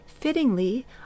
Fittingly